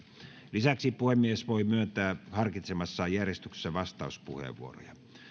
lisäksi puhemies voi myöntää harkitsemassaan järjestyksessä vastauspuheenvuoroja